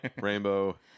rainbow